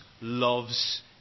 loves